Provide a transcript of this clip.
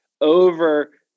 over